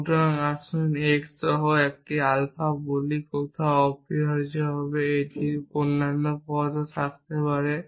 সুতরাং আসুন কিছু x সহ একটি আলফা বলি কোথাও অপরিহার্যভাবে এটির অন্যান্য পদও থাকতে পারে